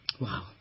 Wow